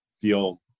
feel